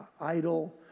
idol